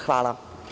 Hvala.